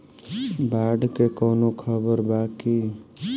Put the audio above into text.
बाढ़ के कवनों खबर बा की?